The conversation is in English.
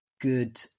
good